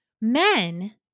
Men